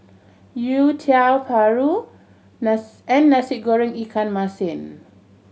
youtiao paru and Nasi Goreng ikan masin